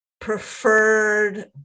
preferred